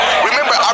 Remember